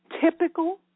typical